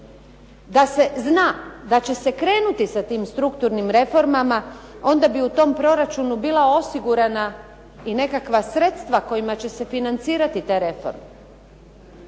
Da se zna da će se krenuti sa tim strukturnim reformama, onda bi u tom proračunu bila osigurana i nekakva sredstva kojima će se financirati te reforme.